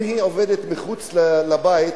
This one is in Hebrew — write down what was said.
אם היא עובדת מחוץ לבית,